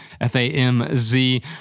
F-A-M-Z